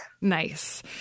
Nice